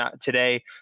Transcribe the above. today